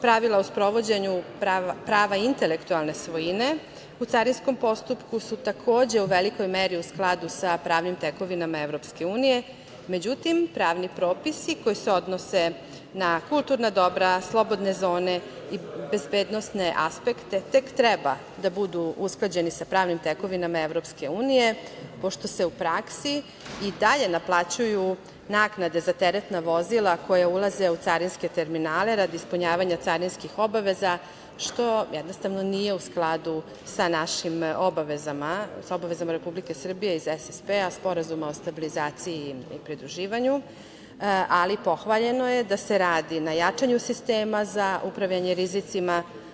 Pravila o sprovođenju prava intelektualne svojine u carinskom postupku su takođe u velikoj meri u skladu sa pravnim tekovinama EU, međutim, pravni propisi koji se odnose na kulturna dobra, slobodne zone i bezbednosne aspekte tek treba da budu usklađeni sa pravnim tekovinama EU, pošto se u praksi i dalje naplaćuju naknade za teretna vozila koja ulaze u carinske terminale radi ispunjavanja carinskih obaveza, što jednostavno nije u skladu sa našim obavezama, sa obavezama Republike Srbije iz SSP-a, Sporazuma o stabilizaciji i pridruživanju, ali pohvaljeno je da se radi na jačanju sistema za upravljanje rizicima.